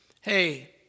hey